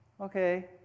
okay